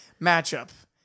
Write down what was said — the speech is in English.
matchup